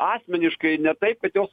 asmeniškai ne taip kad jos